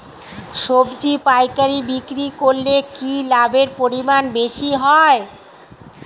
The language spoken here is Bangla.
সবজি পাইকারি বিক্রি করলে কি লাভের পরিমাণ বেশি হয়?